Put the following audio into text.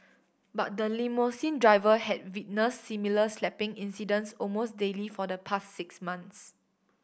but the limousine driver had witnessed similar slapping incidents almost daily for the past six months